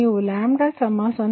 36 PL 32